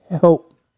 help